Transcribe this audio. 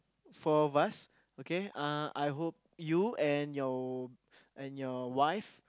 four of us okay uh I hope you and your and your wife